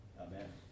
Amen